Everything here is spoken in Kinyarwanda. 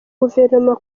guverinoma